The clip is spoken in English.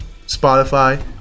Spotify